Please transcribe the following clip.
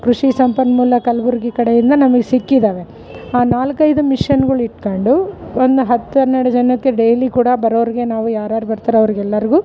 ಕೃಷಿ ಸಂಪನ್ಮೂಲ ಕಲ್ಬುರ್ಗಿ ಕಡೆಯಿಂದ ನಮಗ್ ಸಿಕ್ಕಿದ್ದಾವೆ ಆ ನಾಲ್ಕೈದು ಮಿಷನ್ಗಳ್ ಇಟ್ಕೊಂಡು ಒಂದು ಹತ್ತು ಹನ್ನೆರಡು ಜನಕ್ಕೆ ಡೇಲಿ ಕೂಡ ಬರೋರ್ಗೆ ನಾವು ಯಾರ್ಯಾರು ಬರ್ತಾರೆ ಅವರಿಗೆಲ್ಲಾರ್ಗು